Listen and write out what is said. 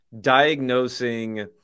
diagnosing